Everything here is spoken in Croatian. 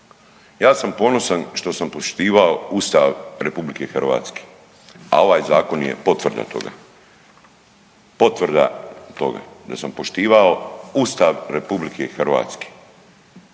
Ja sam ponosan što sam poštivao Ustav RH, a ovaj zakon je potvrda toga. Potvrda toga da sam poštivao Ustav RH.